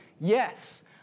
yes